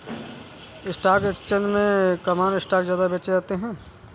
stock exchange में common stock ज्यादा बेचे जाते है